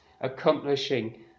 accomplishing